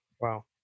wow